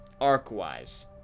Arc-wise